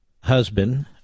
husband